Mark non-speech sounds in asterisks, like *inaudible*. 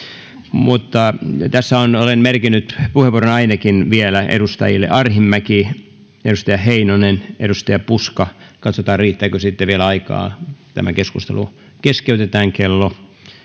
mutta tässä olen merkinnyt *unintelligible* *unintelligible* *unintelligible* *unintelligible* *unintelligible* puheenvuoron vielä ainakin edustajille arhinmäki heinonen puska ja katsotaan riittääkö sitten vielä aikaa tämä keskustelu keskeytetään kello